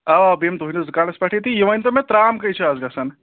اَوا اَوا بہٕ یِمہٕ تُہٕنٛدِس دُکانَس پٮ۪ٹھٕے تہٕ یہِ ؤنۍ تو مےٚ ترٛام کٔہۍ چھُ آز گژھان